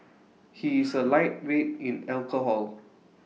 he is A lightweight in alcohol